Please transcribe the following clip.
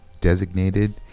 designated